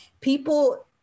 people